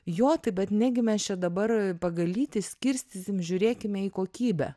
jo taip bet negi mes čia dabar pagal lytį skirstysim žiūrėkime į kokybę